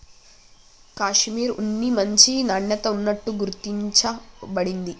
కాషిమిర్ ఉన్ని మంచి నాణ్యత ఉన్నట్టు గుర్తించ బడింది